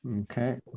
Okay